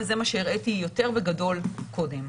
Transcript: וזה מה שהראיתי יותר בגדול קודם.